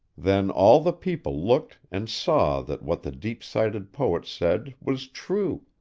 then all the people looked and saw that what the deep-sighted poet said was true.